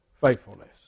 faithfulness